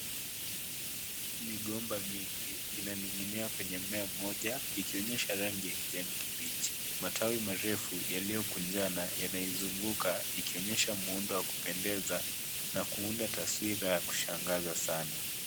Migomba mingi inaning'inia kwenye mmea mmoja, ikonyesha rangi ya kijani kibichi. Matawi marefu yaliyokunjana yanaizunguka ikionyesha muundo wa kupendeza na kuunda taswira wa kushangaza sana.